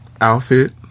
outfit